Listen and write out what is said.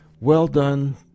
well-done